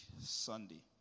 Sunday